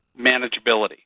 manageability